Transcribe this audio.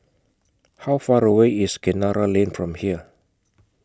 How Far away IS Kinara Lane from here